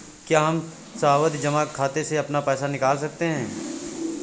क्या हम सावधि जमा खाते से अपना पैसा निकाल सकते हैं?